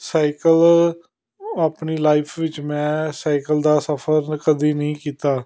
cycle ਆਪਣੀ life ਵਿੱਚ ਮੈਂ ਸਾਈਕਲ ਦਾ ਸਫ਼ਰ ਕਦੇ ਨਹੀਂ ਕੀਤਾ